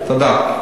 תודה.